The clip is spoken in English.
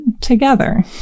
together